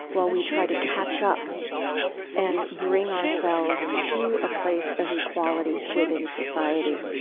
while we try to catch up and bring ourselves to a place of equality within society.